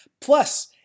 Plus